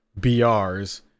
BRs